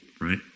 right